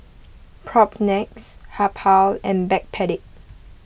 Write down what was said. Propnex Habhal and Backpedic